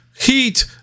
heat